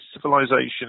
civilization